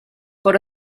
por